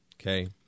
Okay